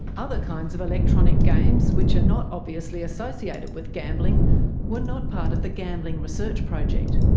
other kinds of electronic games which are not obviously associated with gambling were not part of the gambling research project.